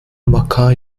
vaka